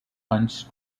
punch